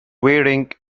wearing